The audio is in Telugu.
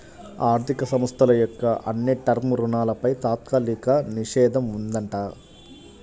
ఆర్ధిక సంస్థల యొక్క అన్ని టర్మ్ రుణాలపై తాత్కాలిక నిషేధం ఉందంట